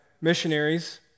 missionaries